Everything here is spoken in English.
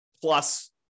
plus